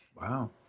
Wow